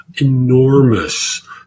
enormous